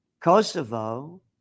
Kosovo